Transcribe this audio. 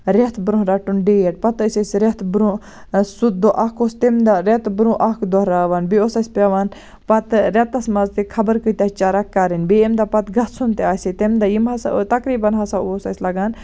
رٮتھ برونٛہہ رَٹُن دیٹ پَتہٕ ٲسۍ أسۍ رٮ۪تھ برونٛہہ سُہ دۄہ اکھ اوس تَمہِ دۄہ رٮ۪تھ برونٛہہ اکھ دۄہ راوان بیٚیہِ اوس اَسہِ پیٚوان پَتہٕ رٮ۪تَس منٛز تہِ خبر کۭتیہ چَرَکھ کَرٕنۍ بیٚیہِ ییٚمہِ دۄہ پَتہٕ گژھُن تہِ آسہِ تَمہِ دۄہ یِم ہسا ٲسۍ تقریٖبن ہسا اوس اَسہِ لگان